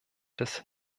des